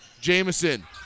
Jameson